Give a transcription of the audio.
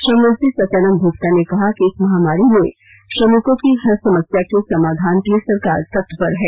श्रम मंत्री सत्यानंद भोक्ता ने कहा कि इस महामारी में श्रमिकों की हर समस्या के समाधान के लिए सरकार तत्पर है